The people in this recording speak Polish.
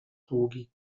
długi